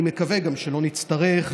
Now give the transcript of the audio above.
ואני מקווה גם שלא נצטרך.